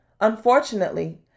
unfortunately